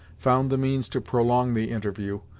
found the means to prolong the interview,